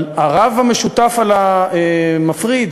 אבל רב המשותף על המפריד,